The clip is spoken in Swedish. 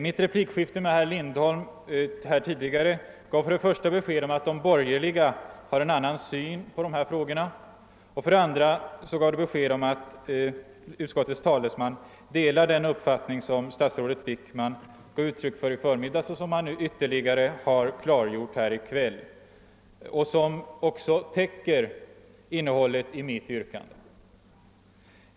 Mitt replikskifte med herr Lindholm tidigare i kväll gav besked om för det första att de borgerliga har en annan syn på dessa frågor och för det andra att utskottets talesman delar den uppfattning som statsrådet Wickman gav uttryck för i förmiddags och som han nu ytterligare har klargjort. Denna upp fattning täcker också innehållet i mitt yrkande.